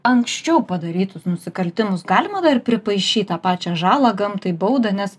anksčiau padarytus nusikaltimus galima dar pripaišyt tą pačią žalą gamtai baudą nes